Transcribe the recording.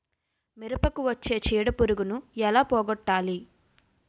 మిరపకు వచ్చే చిడపురుగును ఏల పోగొట్టాలి?